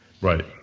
Right